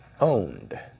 owned